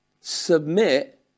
submit